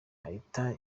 ahita